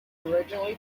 originally